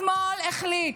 השמאל החליט: